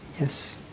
yes